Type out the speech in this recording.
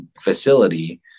facility